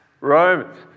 Romans